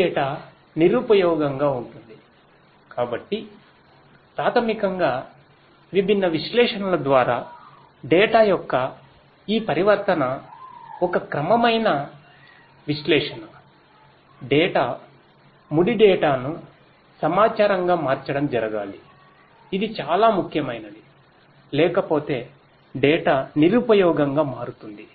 data నిరుపయోగంగా మారుతుంది